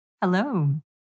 Hello